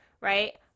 Right